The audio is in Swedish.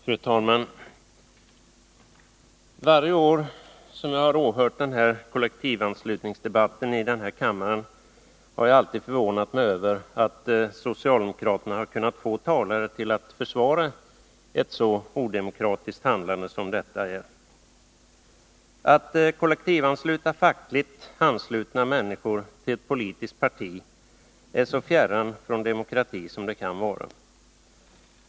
Fru talman! Varje år som jag har åhört kollektivanslutningsdebatten i denna kammare har jag förvånat mig över att socialdemokraterna har kunnat få talare till att försvara ett så odemokratiskt handlande som det här är fråga om. Att kollektivansluta fackligt anslutna människor till ett politiskt parti är så fjärran från demokrati som det kan vara.